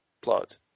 plot